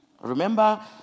Remember